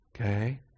Okay